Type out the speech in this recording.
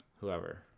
whoever